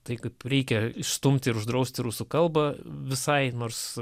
tai kaip reikia išstumt ir uždraust rusų kalbą visai nors